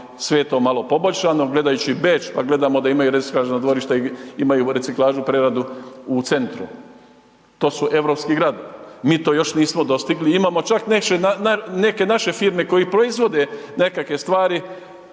sve je to malo poboljšano. Gledajući Beč pa gledamo da imaju reciklažno dvorište, imaju reciklažu, preradu u centru. To su europski gradovi. Mi to još nismo dostigli, imamo čak neke naše firme koje proizvode nekakve stvari,